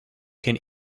can